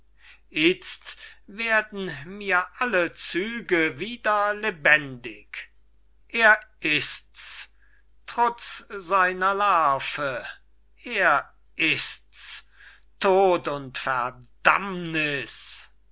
itzt werden mir alle züge wieder lebendig er ist's trotz seiner larve er ist's trotz seiner larve er ist's tod und